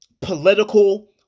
political